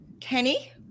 Kenny